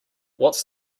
what’s